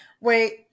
Wait